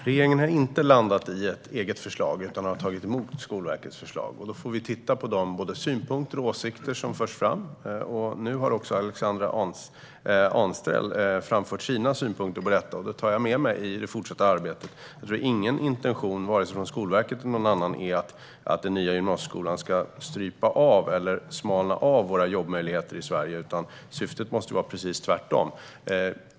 Herr talman! Regeringen har tagit emot Skolverkets förslag men inte landat i ett eget förslag. Vi får titta på de synpunkter och åsikter som förs fram. Nu har också Alexandra Anstrell framfört sina synpunkter på detta, och det tar jag med mig i det fortsatta arbetet. Jag tror inte att intentionen, vare sig från Skolverket eller någon annan, är att den nya gymnasieskolan ska strypa eller smalna av jobbmöjligheterna i Sverige. Syftet måste vara det motsatta.